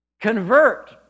convert